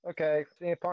Okay